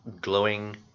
glowing